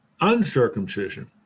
uncircumcision